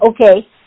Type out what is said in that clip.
okay